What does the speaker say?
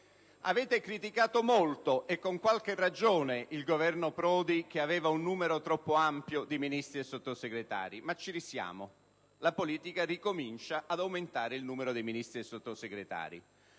Avete criticato molto, e con qualche ragione, il Governo Prodi per un numero troppo ampio di Ministri e Sottosegretari. Ma ci risiamo! La politica ricomincia ad aumentare il numero dei Ministri e Sottosegretari.